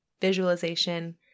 visualization